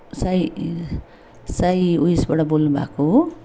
साई साई उयसबाट बोल्नुभएको हो